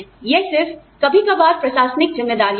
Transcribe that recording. यह सिर्फ कभी कभार प्रशासनिक ज़िम्मेदारियाँ हैं